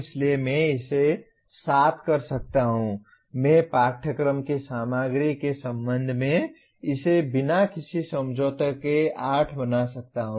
इसलिए मैं इसे 7 कर सकता हूं मैं पाठ्यक्रम की सामग्री के संबंध में इसे बिना किसी समझौते के 8 बना सकता हूं